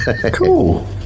Cool